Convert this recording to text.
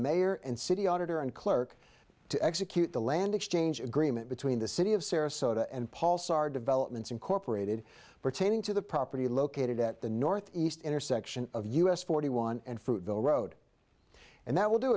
mayor and city auditor and clerk to execute the land exchange agreement between the city of sarasota and paul sar developments incorporated pertaining to the property located at the north east intersection of u s forty one and the road and that will do